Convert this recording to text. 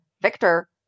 Victor